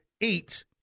eight